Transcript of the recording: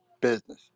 business